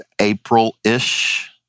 April-ish